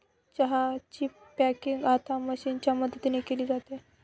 चहा ची पॅकिंग आता मशीनच्या मदतीने केली जाते